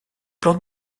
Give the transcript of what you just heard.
plans